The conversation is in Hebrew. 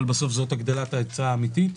אבל בסוף זאת הגדלת ההיצע האמיתית.